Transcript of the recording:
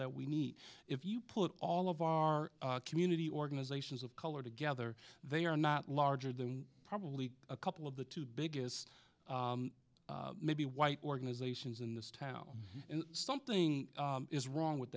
that we need if you put all of our community organizations of color together they are not larger than probably a couple of the two biggest maybe white organizations in this town and something is wrong with